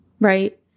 right